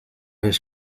his